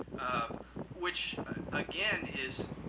um which again is,